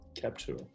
capture